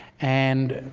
and